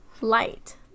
light